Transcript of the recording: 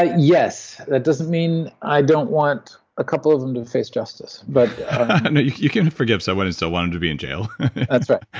ah yes, that doesn't mean i don't want a couple of them to face justice, but you cannot forgive someone and still want them to be in jail that's right,